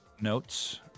notes